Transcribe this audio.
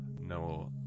no